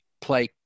play